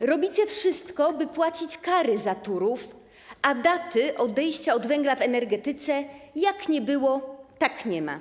robicie wszystko, by płacić kary za Turów, a daty odejścia od węgla w energetyce jak nie było, tak nie ma.